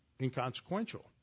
inconsequential